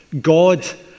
God